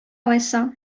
алайса